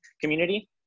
community